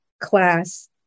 class